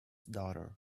daughter